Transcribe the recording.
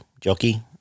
jockey